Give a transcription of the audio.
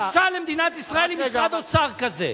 בושה למדינת ישראל עם משרד אוצר כזה.